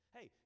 Hey